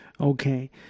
Okay